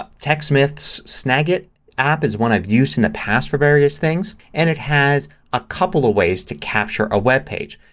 ah techsmith's snagit app is one i've used in the past for various things. and it has a couple of ways to capture a webpage.